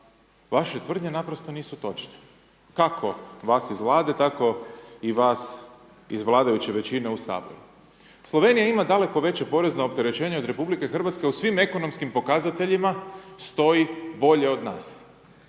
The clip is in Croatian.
vaše tvrdnje naprosto nisu točne, kako vas iz Vlade, tako i vas iz vladajuće većine u Saboru. Slovenija ima daleko veće porezno opterećenje od Republike Hrvatske u svim ekonomskim pokazateljima, stoji bolje od nas,